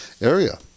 area